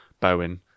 Bowen